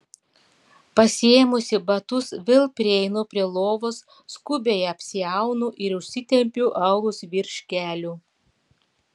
pasiėmusi batus vėl prieinu prie lovos skubiai apsiaunu ir užsitempiu aulus virš kelių